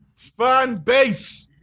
Fanbase